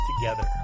together